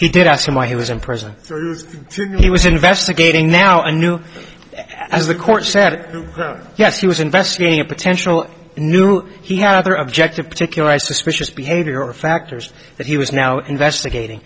he did ask him why he was in prison he was investigating now a new as the court said yes he was investigating a potential new he had other objective particularized suspicious behavior factors that he was now investigating